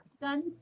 guns